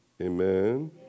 Amen